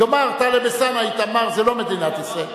יאמר טלב אלסאנע: איתמר זה לא מדינת ישראל.